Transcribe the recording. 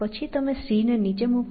પછી તમે C નીચે મૂકો